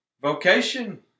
vocation